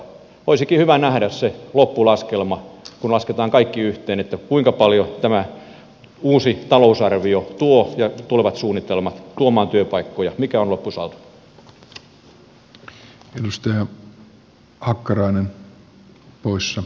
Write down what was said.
olisikin hyvä nähdä se loppulaskelma kun lasketaan kaikki yhteen kuinka paljon tämä uusi talousarvio tuo ja suunnitelmat tulevat tuomaan työpaikkoja mikä on loppusaldo